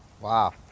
Wow